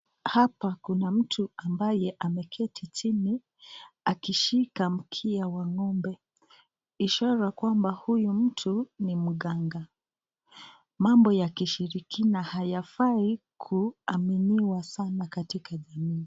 Hapa kuna mtu ambaye ameketi chini akishika mkia wa ng'ombe, ishara kwamba huyu mtu ni mganga. Mambo ya kishirikina hayafai kuaminiwa sana katika jamii.